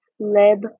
Lib